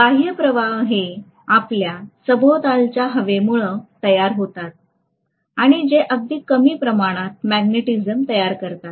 बाह्य प्रवाह हे आपल्या सभोवतालच्या हवेमुळे तयार होतात आणि जे अगदी कमी प्रमाणात मॅग्नेटिझम तयार करतात